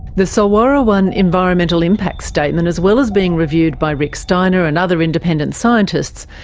the solwara one environmental impact statement, as well as being reviewed by rick steiner and other independent scientists,